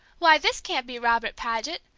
why, this can't be robert paget!